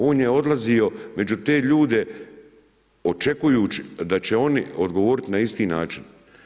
On je odlazio među te ljude očekujući da će oni odgovoriti na isti način.